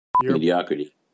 Mediocrity